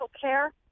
care